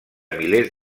milers